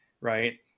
right